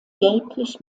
gelblich